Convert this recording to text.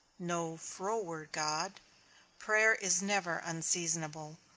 no froward god prayer is never unseasonable,